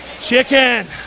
chicken